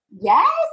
Yes